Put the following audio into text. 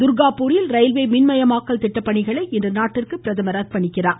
துர்காபூரில் railway மின்மயமாக்கல் திட்டப்பணிகளை இன்று நாட்டிற்கு அர்ப்பணிக்கிறார்